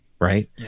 right